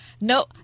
No